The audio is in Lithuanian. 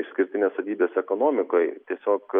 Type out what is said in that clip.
išskirtinės savybės ekonomikoj tiesiog